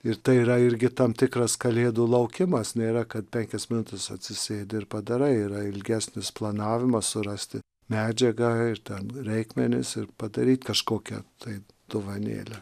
ir tai yra irgi tam tikras kalėdų laukimas nėra kad penkias minutes atsisėdi ir padarai yra ilgesnis planavimas surasti medžiagą ir ten reikmenis ir padaryt kažkokią tai dovanėlę